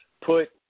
put